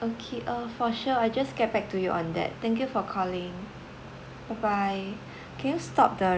okay uh for sure I'll just get back to you on that thank you for calling bye bye can you stop the